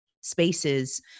spaces